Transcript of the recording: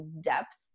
depth